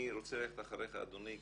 אני רוצה ללכת אחריך אדוני,